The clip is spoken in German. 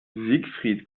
siegfried